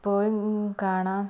ഇപ്പോഴും കാണാൻ